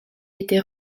était